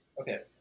okay